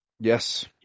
Yes